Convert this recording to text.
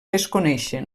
desconeixen